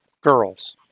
girls